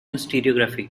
historiography